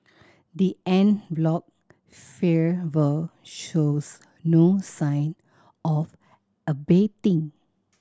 the en bloc fervour shows no sign of abating